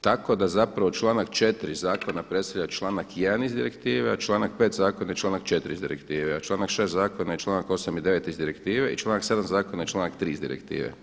Tako da zapravo članak 4. zakona predstavlja članak 1. iz direktive, a članak 5. zakona članak 4. iz direktive, a članak 6. zakona je članak 8. i 9. iz direktive i članak 7. zakona je članak 3. iz direktive.